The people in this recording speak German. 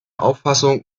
auffassung